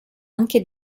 anche